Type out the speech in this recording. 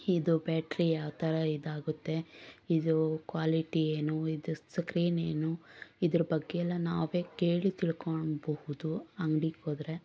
ಇದು ಬ್ಯಾಟ್ರಿ ಯಾವ ಥರ ಇದಾಗುತ್ತೆ ಇದು ಕ್ವಾಲಿಟಿ ಏನು ಇದ್ರ ಸ್ಕ್ರೀನ್ ಏನು ಇದ್ರ ಬಗ್ಗೆ ಎಲ್ಲ ನಾವೇ ಕೇಳಿ ತಿಳ್ಕೊಳ್ಬಹುದು ಅಂಗಡಿಗೋದ್ರೆ